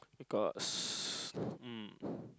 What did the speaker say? because um